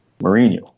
Mourinho